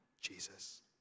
Jesus